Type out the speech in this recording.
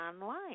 online